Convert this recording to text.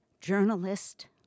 journalist